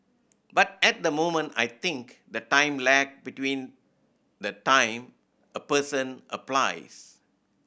but at the moment I think the time lag between the time a person applies